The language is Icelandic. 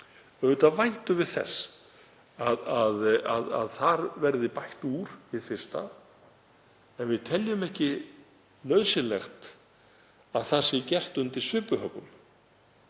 við væntum þess að þar verði bætt úr hið fyrsta en við teljum ekki nauðsynlegt að það sé gert undir svipuhöggum.